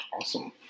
Awesome